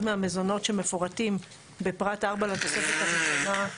מהמזונות המפורטים בפרט 4 לתוספת להגדרה,